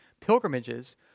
pilgrimages